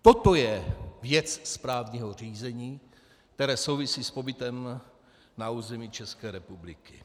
Toto je věc správního řízení, které souvisí s pobytem na území České republiky.